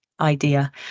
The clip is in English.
idea